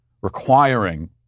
requiring